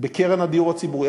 בקרן הדיור הציבורי.